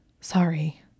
Sorry